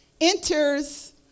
Enters